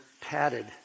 padded